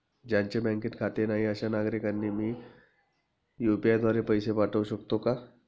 ज्यांचे बँकेत खाते नाही अशा नागरीकांना मी यू.पी.आय द्वारे पैसे पाठवू शकतो का?